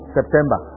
September